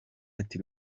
ati